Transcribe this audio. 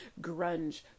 Grunge